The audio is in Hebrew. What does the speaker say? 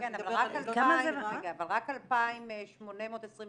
אבל רק 2827